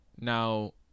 now